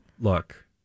Look